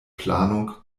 planung